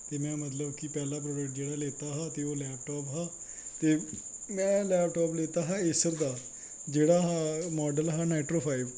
ते में मतलव कि पैह्ला प्रोडैक्ट जेह्ड़ै लैत्ता हा ते ओह् लैपटॉप हा में लैपटॉप लैत्ता हा ऐसर दा जेह्ड़ा मॉडल हा नैट्रो फाईव